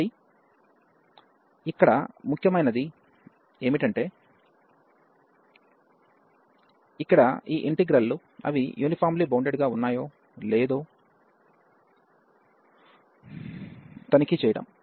కాబట్టి ఇక్కడ ముఖ్యమైనది ఏమిటంటే ఇక్కడ ఈ ఇంటిగ్రల్ లు అవి యూనిఫార్మ్లీ బౌండెడ్ గా ఉన్నాయో లేదో తనిఖీ చేయడం